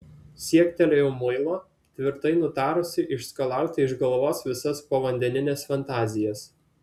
siektelėjau muilo tvirtai nutarusi išskalauti iš galvos visas povandenines fantazijas